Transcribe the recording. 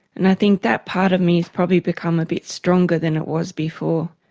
and i think that part of me has probably become a bit stronger than it was before.